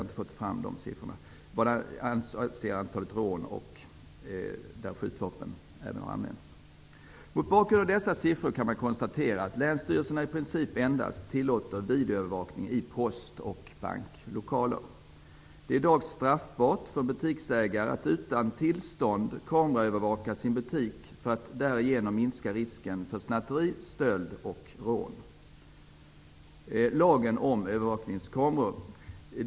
Det gäller då antalet rån där skjutvapen även har använts. Mot bakgrund av dessa siffror kan det konstateras att länsstyrelserna i princip endast tillåter videoövervakning i post och banklokaler. Det är i dag straffbart för butiksägare att utan tillstånd kameraövervaka sin butik för att därigenom minska risken för snatteri, stöld och rån. Så till lagen om övervakningskameror.